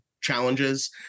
challenges